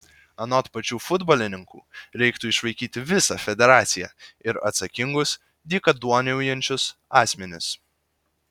anot pačių futbolininkų reiktų išvaikyti visą federaciją ir atsakingus dykaduoniaujančius asmenis